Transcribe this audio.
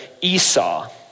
Esau